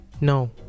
No